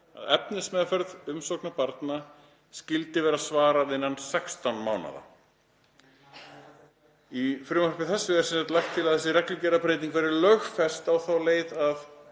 að efnismeðferð umsókna barna skyldi vera svarað innan 16 mánaða. Í frumvarpi þessu er sem sagt lagt til að þessi reglugerðarbreyting verði lögfest á þá leið að